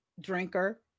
drinker